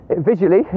visually